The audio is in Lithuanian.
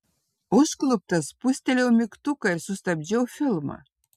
užkluptas spustelėjau mygtuką ir sustabdžiau filmą